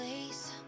place